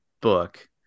book